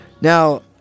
now